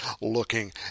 looking